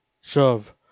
shove